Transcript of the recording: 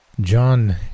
John